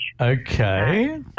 Okay